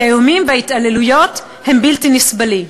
כי האיומים וההתעללות הם בלתי נסבלים.